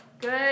Good